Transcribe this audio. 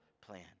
plan